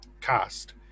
cast